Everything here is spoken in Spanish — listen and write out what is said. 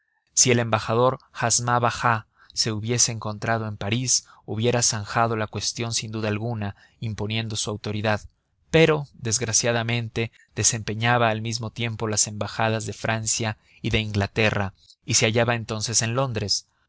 si el embajador hamza bajá se hubiese encontrado en parís hubiera zanjado la cuestión sin duda alguna imponiendo su autoridad pero desgraciadamente desempeñaba al mismo tiempo las embajadas de francia y de inglaterra y se hallaba entonces en londres